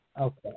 Okay